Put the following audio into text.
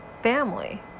family